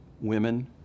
women